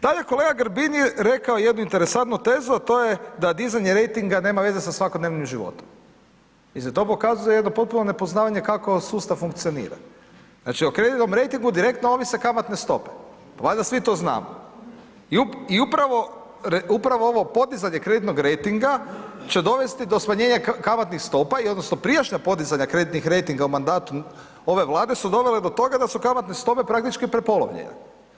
Dalje kolega Grbin je rekao jednu interesantnu tezu, a to je da dizanje rejtinga nema veze sa svakodnevnim životom, mislim to pokazuje jedno potpuno nepoznavanje kako sustav funkcionira, znači o kreditnom rejtingu direktno ovise kamatne stope, pa valjda svi to znamo, i upravo, upravo ovo podizanje kreditnog rejtinga će dovesti do smanjenja kamatnih stopa i odnosno prijašnja podizanja kreditnih rejtinga u mandatu ove Vlade su dovele do toga da su kamatne stope praktički prepolovljene.